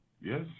Yes